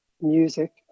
music